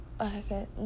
okay